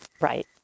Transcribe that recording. Right